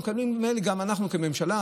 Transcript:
ונדמה לי שגם אנחנו מקבלים כממשלה,